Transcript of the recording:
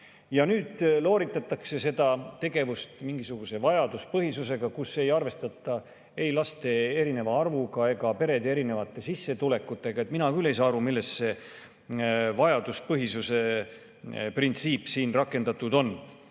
Nüüd looritatakse seda tegevust mingisuguse vajaduspõhisusega, kus ei arvestata ei laste erineva arvuga ega perede erinevate sissetulekutega. Mina küll ei saa aru, kuidas see vajaduspõhisuse printsiip siin rakendatud on.